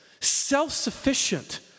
self-sufficient